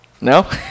No